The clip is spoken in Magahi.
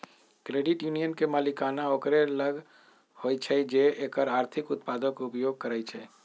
क्रेडिट यूनियन के मलिकाना ओकरे लग होइ छइ जे एकर आर्थिक उत्पादों के उपयोग करइ छइ